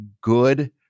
good